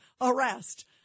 arrest